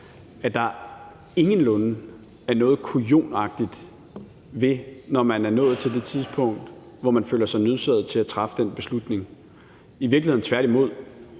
at der ingenlunde er noget kujonagtigt ved det, når man er nået til det tidspunkt, hvor man føler sig nødsaget til at træffe den beslutning – i virkeligheden tværtimod.